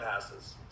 passes